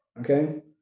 Okay